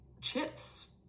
chips